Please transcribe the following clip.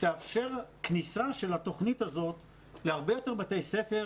תאפשר כניסה של התוכנית הזאת להרבה יותר בתי ספר,